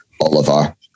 Oliver